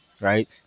right